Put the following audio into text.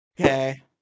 Okay